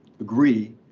agree